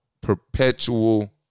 Perpetual